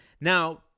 Now